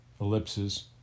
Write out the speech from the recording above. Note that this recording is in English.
ellipses